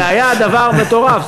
זה היה דבר מטורף.